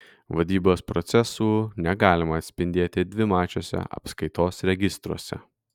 vadybos procesų negalima atspindėti dvimačiuose apskaitos registruose